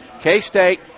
K-State